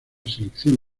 selección